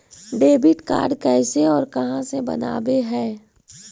Debit card कैसे और कहां से बनाबे है?